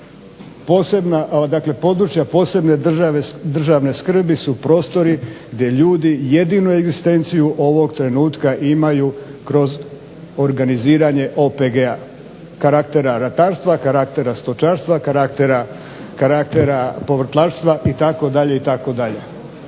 područja posebne državne skrbi su prostori gdje ljudi jedinu egzistenciju ovog trenutka imaju kroz organiziranje OPG-a, karaktera ratarstva, karaktera stočarstva, karaktera povrtlarstva itd. itd.